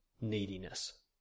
neediness